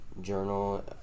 journal